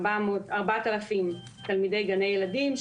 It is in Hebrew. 4,000 תלמידי גני ילדים,